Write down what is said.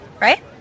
Right